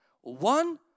one